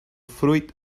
fruit